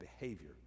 behavior